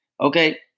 Okay